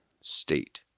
State